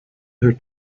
her